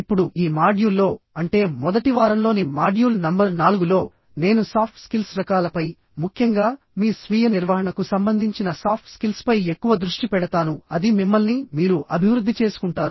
ఇప్పుడు ఈ మాడ్యూల్లో అంటే మొదటి వారంలోని మాడ్యూల్ నంబర్ 4లో నేను సాఫ్ట్ స్కిల్స్ రకాలపై ముఖ్యంగా మీ స్వీయ నిర్వహణకు సంబంధించిన సాఫ్ట్ స్కిల్స్ పై ఎక్కువ దృష్టి పెడతాను అది మిమ్మల్ని మీరు అభివృద్ధి చేసుకుంటారు